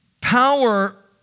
power